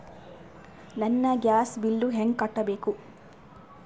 ನನ್ನ gas bill ಹೆಂಗ ಕಟ್ಟಬೇಕು?